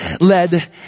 led